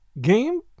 Game